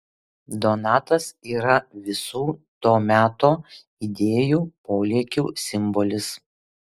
donatas yra visų to meto idėjų polėkių simbolis